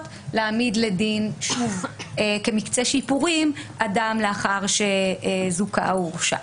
להעמיד לדין שוב כמקצה שיפורים אדם לאחר שזוכה או הורשע.